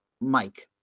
mike